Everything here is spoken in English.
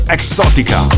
Exotica